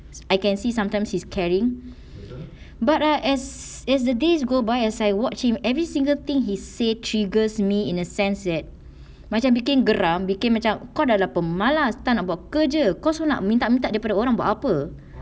I can see sometimes he's caring but ah as as the days go by as I watch him every single thing he say triggers me in a sense that macam became geram became macam kau dah lah pemalas tak nak buat kerja kau also nak meminta-minta dekat orang buat apa